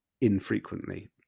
infrequently